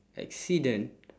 accident